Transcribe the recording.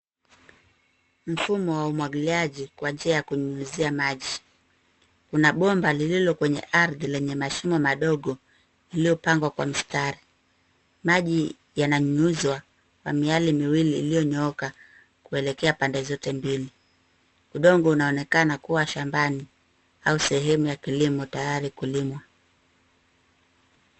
Mfumo wa umwagiliaji kwa njia ya kunyinyizia maji. Kuna bomba lililo kwenye ardhi lenye mashimo madogo liliopangwa kwa mstari. Maji yananyunyuzwa kwa miale miwili iliyonyooka kuelekea pande zote mbili. Udongo unaonekana kuwa shambani au sehemu ya kilimo tayari kulimwa.